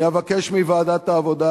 אני אבקש מוועדת העבודה,